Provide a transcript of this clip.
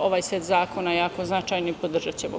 ovaj set zakona jako značajan i podržaćemo ga.